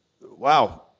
wow